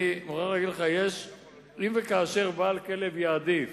אני מוכרח להגיד לך שאם וכאשר בעל כלב יעדיף